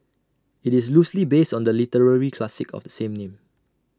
IT is loosely based on the literary classic of the same name